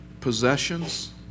possessions